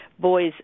boys